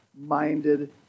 minded